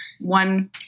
One